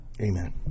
Amen